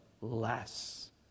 less